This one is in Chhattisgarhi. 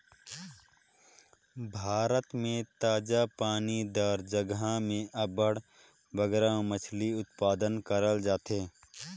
भारत में ताजा पानी दार जगहा में अब्बड़ बगरा मछरी उत्पादन करल जाथे